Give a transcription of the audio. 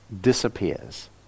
disappears